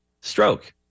stroke